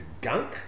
gunk